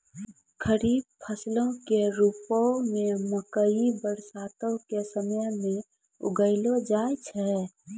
खरीफ फसलो के रुपो मे मकइ बरसातो के समय मे उगैलो जाय छै